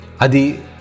Adi